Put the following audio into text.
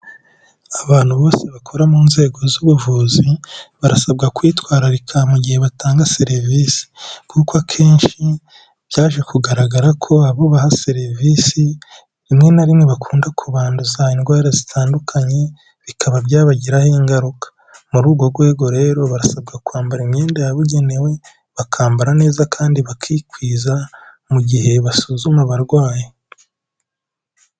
Abantu bose bakora mu nzego z'ubuvuzi, barasabwa kwitwararika mu gihe batanga serivisi kuko akenshi byaje kugaragara ko abo baha serivisi rimwe na rimwe bakunda kubanduza indwara zitandukanye bikaba byabagiraho ingaruka, muri urwo rwego rero basabwa kwambara imyenda yabugenewe bakambara neza kandi bakikwiza mu gihe basuzuma abarwayi.